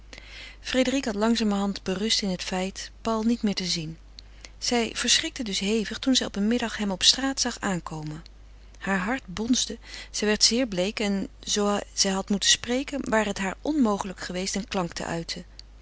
frédérique had langzamerhand berust in het feit paul niet meer te zien zij verschrikte dus hevig toen zij op een middag hem op straat zag aankomen heur hart bonsde zij werd zeer bleek en zoo zij had moeten spreken ware het haar onmogelijk geweest een klank te uiten